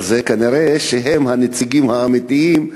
כנראה הם הנציגים האמיתיים,